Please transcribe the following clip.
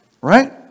right